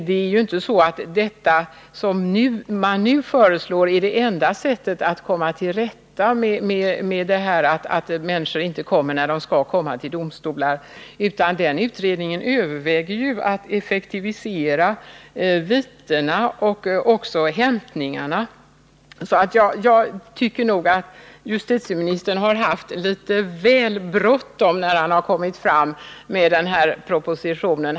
Det är ju inte så att vad man nu föreslår är det enda sättet att komma till rätta med det faktum att den tilltalade uteblir från domstolen. Utredningen överväger att effektivisera vitena och hämtningarna. Jag tycker att justitieministern haft litet för bråttom när han framlagt den här propositionen.